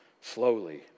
slowly